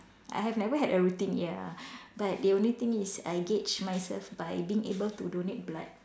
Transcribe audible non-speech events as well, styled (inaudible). I have never had a routine ya (breath) but the only thing is I gauge myself by being able to donate blood